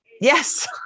yes